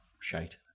shite